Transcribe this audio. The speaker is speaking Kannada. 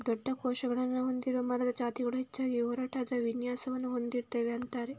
ದೊಡ್ಡ ಕೋಶಗಳನ್ನ ಹೊಂದಿರುವ ಮರದ ಜಾತಿಗಳು ಹೆಚ್ಚಾಗಿ ಒರಟಾದ ವಿನ್ಯಾಸವನ್ನ ಹೊಂದಿರ್ತವೆ ಅಂತಾರೆ